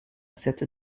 cette